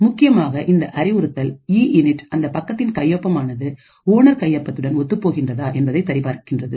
முக்கியமாக இந்த அறிவுறுத்தல் இஇன் இட் அந்தப் பக்கத்தின் கையொப்பம் ஆனது ஓனர் கையொப்பத்துடன் ஒத்துப் போகிறதா என்னதை சரி பார்க்கின்றது